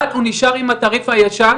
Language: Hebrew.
אבל הוא נשאר עם התעריף הישן,